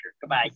Goodbye